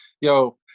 yo